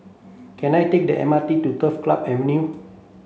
can I take the M R T to Turf Club Avenue